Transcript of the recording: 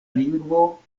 lingvo